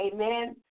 Amen